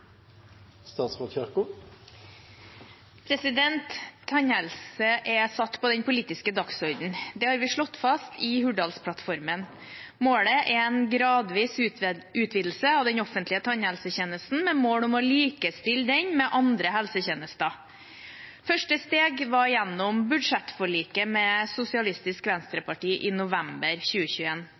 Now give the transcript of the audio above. satt på den politiske dagsordenen. Det har vi slått fast i Hurdalsplattformen. Målet er en gradvis utvidelse av den offentlige tannhelsetjenesten med mål om å likestille denne med andre helsetjenester. Første steg var gjennom budsjettforliket med Sosialistisk Venstreparti i november